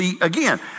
again